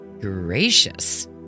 gracious